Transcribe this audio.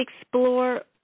explore